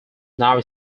now